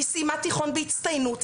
היא סיימה תיכון בהצטיינות,